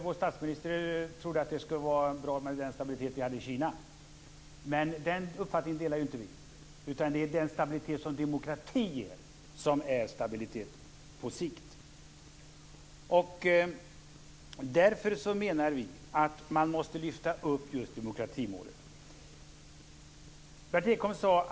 Vår statsminister Göran Persson trodde att det skulle vara bra med den stabilitet som finns i Kina men den uppfattningen delar inte vi. Det är i stället i fråga om demokrati som det handlar om stabilitet på sikt. Därför menar vi att just demokratimålet måste lyftas upp.